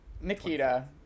Nikita